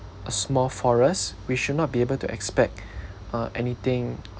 a small forest we shall not be able to expect uh anything